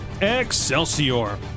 Excelsior